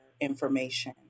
information